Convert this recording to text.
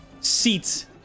seats